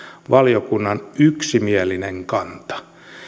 valiokunnan yksimielinen kanta